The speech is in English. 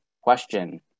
question